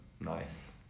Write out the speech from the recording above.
Nice